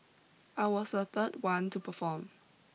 I was the third one to perform